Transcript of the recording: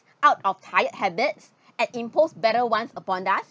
out of tired habits at impose better one upon us